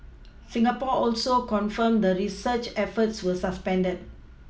Singapore also confirmed the search efforts were suspended